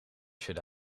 should